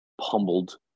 pummeled